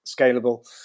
scalable